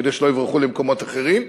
כדי שלא יברחו למקומות אחרים,